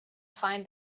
find